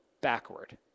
backward